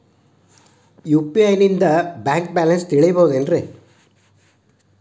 UPI ನಿಂದ bank balance ತಿಳಿಬಹುದೇನ್ರಿ?